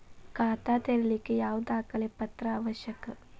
ಖಾತಾ ತೆರಿಲಿಕ್ಕೆ ಯಾವ ದಾಖಲೆ ಪತ್ರ ಅವಶ್ಯಕ?